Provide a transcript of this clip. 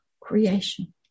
creation